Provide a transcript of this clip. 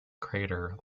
crater